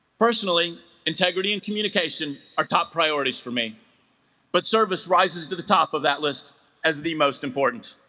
personally integrity and communication are top priorities for me but service rises to the top of that list as the most important